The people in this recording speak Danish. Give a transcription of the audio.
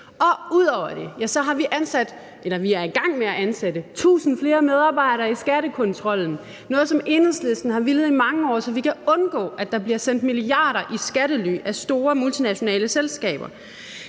Ud over det er vi i gang med at ansætte tusind flere medarbejdere i skattekontrollen – noget, som Enhedslisten har villet i mange år, så vi kan undgå, at der bliver sendt milliarder i skattely af store multinationale selskaber.